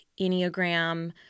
Enneagram